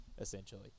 essentially